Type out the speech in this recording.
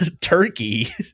turkey